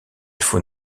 faut